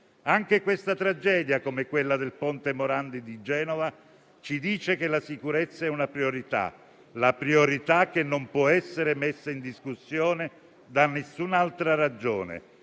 Anche questa tragedia, come quella del Ponte Morandi di Genova, ci dice che la sicurezza è una priorità, che non può essere messa in discussione da nessun'altra ragione.